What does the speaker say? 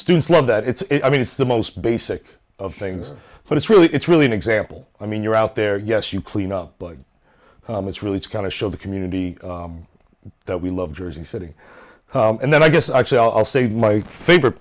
students love that it's i mean it's the most basic of things but it's really it's really an example i mean you're out there yes you clean up it's really it's kind of show the community that we love jersey city and then i guess actually i'll say my favorite